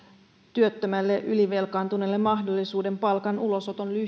työttömälle ylivelkaantuneelle mahdollisuuden palkan ulosoton